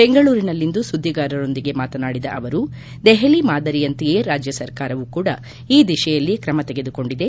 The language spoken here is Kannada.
ಬೆಂಗಳೂರಿನಲ್ಲಿಂದು ಸುದ್ದಿಗಾರರೊಂದಿಗೆ ಮಾತನಾಡಿದ ಅವರು ದೆಹಲಿ ಮಾದರಿಯಂತೆಯೇ ರಾಜ್ಯ ಸರ್ಕಾರವು ಕೂಡ ಈ ದಿತೆಯಲ್ಲಿ ಕ್ರಮ ತೆಗೆದುಕೊಂಡಿದೆ